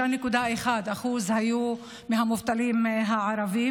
5.1% מהערבים היו מובטלים,